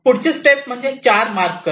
पुढची स्टेप म्हणजे 4 मार्क करणे